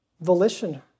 volition